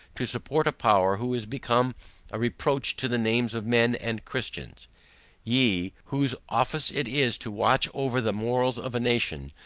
to support a power who is become a reproach to the names of men and christians ye, whose office it is to watch over the morals of a nation,